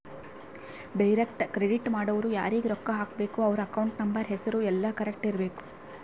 direct credit ಮಾಡೊರು ಯಾರೀಗ ರೊಕ್ಕ ಹಾಕಬೇಕು ಅವ್ರ ಅಕೌಂಟ್ ನಂಬರ್ ಹೆಸರು ಯೆಲ್ಲ ಕರೆಕ್ಟ್ ಇರಬೇಕು